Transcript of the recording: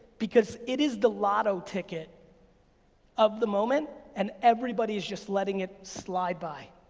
because it is the lotto ticket of the moment, and everybody is just letting it slide by,